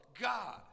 God